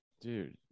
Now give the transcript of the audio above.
Dude